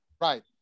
Right